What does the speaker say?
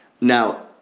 now